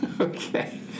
Okay